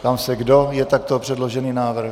Ptám se, kdo je pro takto předložený návrh.